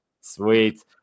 Sweet